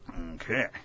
Okay